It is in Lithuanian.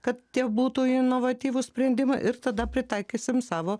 kad tie būtų inovatyvūs sprendimai ir tada pritaikysim savo